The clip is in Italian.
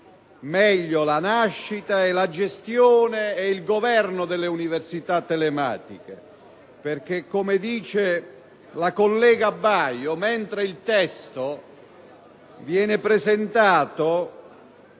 meglio la nascita, la gestione ed il governo delle università telematiche. Infatti, come ha detto la senatrice Baio, mentre il testo viene presentato